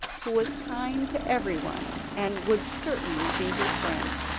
who was kind to everyone, and would certainly be his friend.